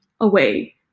away